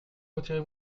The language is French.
retirez